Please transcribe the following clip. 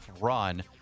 run